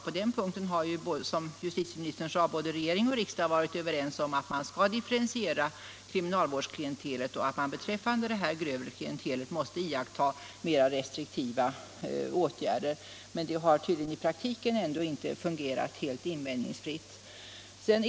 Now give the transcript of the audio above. På den punkten har, som justitieministern sade, både regering och riksdag varit överens om att man skulle differentiera kriminalvårdsklientelet och att man beträffande det här grövre klientelet måste vidta mer restriktiva åtgärder. I praktiken har det tydligen ändå inte fungerat helt invändningsfritt.